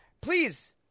please